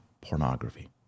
pornography